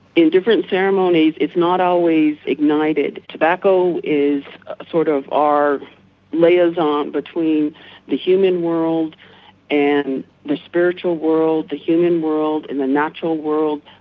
in different ceremonies it's not always ignited, tobacco is sort of our liaison between the human world and the spiritual world, the human world and the natural world,